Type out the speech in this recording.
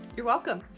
you're welcome.